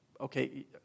Okay